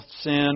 sin